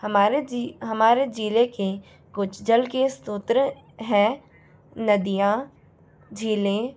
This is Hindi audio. हमारे जी हमारे ज़िले के कुछ जल के स्तोत्र है नदियाँ झिले